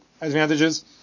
advantages